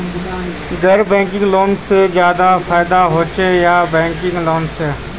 गैर banking loan से ज्यादा फायदा होचे या बैंकिंग लोन से?